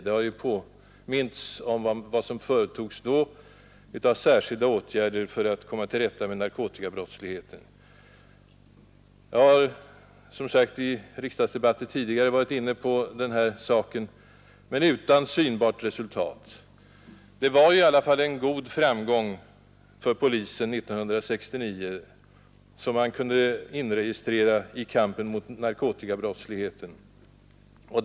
Det har ju påmints om vilka särskilda polisiära åtgärder som då vidtogs för att komma till rätta med narkotikabrottsligheten. Jag har som sagt i en tidigare riksdagsdebatt varit inne på den här saken men utan synbart resultat. Det var i alla fall en god och väl vitsordad framgång som polisen 1969 kunde inregistrera i kampen mot narkotikabrottsligheten.